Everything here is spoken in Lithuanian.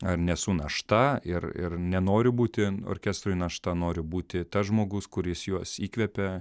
ar nesu našta ir ir nenoriu būti orkestrui našta noriu būti tas žmogus kuris juos įkvepia